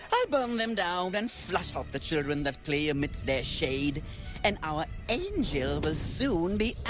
i'll burn them down and flush out the children that play amidst their shade and our angel will but soon be